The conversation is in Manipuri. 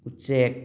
ꯎꯆꯦꯛ